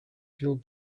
fueled